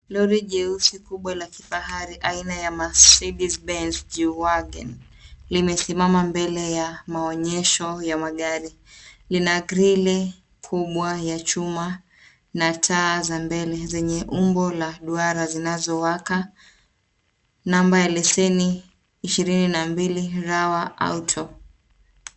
Lori jeusi kubwa la kifahari aina ya Macezde Benz G Wagon limesimama mbele ya maonyesho ya magari, lina grili kubwa ya chuma na taa za mbele lenye umbo la duara zinazowaka, namba ya liseni 22R auto .